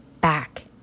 back